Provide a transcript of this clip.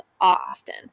often